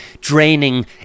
draining